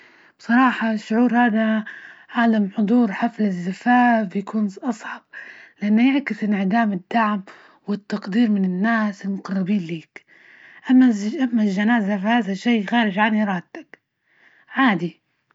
بصراحة، الشعور هذا عالم حضور حفل الزفاف يكون أصعب، لأن يعكس انعدام الدعم والتقدير من الناس المقربين ليك، أما الج- أما الجنازة فهذا شي خارج عن إرادتك، عادى.